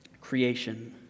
Creation